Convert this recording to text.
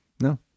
No